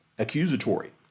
accusatory